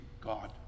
God